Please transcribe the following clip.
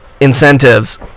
Incentives